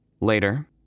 Later